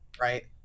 Right